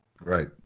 Right